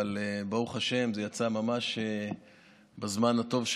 אבל ברוך השם זה יצא ממש בזמן טוב,